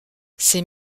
ces